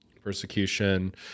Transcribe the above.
persecution